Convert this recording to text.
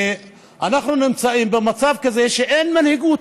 ואנחנו נמצאים במצב כזה שאין מנהיגות.